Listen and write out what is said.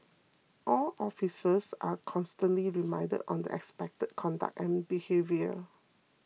all officers are constantly reminded on the expected conduct and behaviour